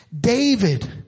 David